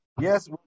yes